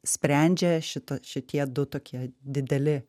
sprendžia šitą šitie du tokie dideli